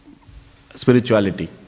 spirituality